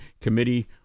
committee